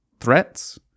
threats